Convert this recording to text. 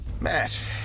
Matt